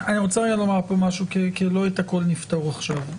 לא את הכול נפתור עכשיו.